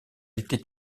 était